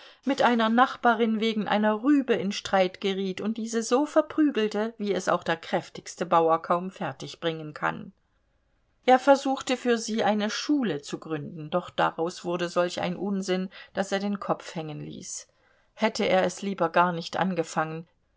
mit einer nachbarin wegen einer rübe in streit geriet und diese so verprügelte wie es auch der kräftigste bauer kaum fertigbringen kann er versuchte für sie eine schule zu gründen doch daraus wurde solch ein unsinn daß er den kopf hängen ließ hätte er es lieber gar nicht angefangen